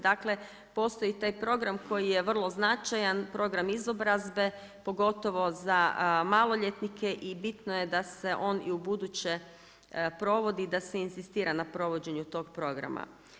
Dakle postoji taj program koji je vrlo značajan, program izobrazbe, pogotovo za maloljetnike i bitno je da se on i ubuduće provodi, da se inzistira na provođenju tog programa.